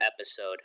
episode